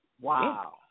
Wow